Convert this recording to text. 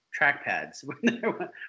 trackpads